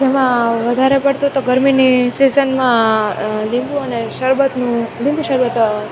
જેમાં વધારે પડતોતો ગરમીની સીજનમાં લીંબુ અને શરબતનું લીંબુ શરબત